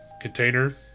Container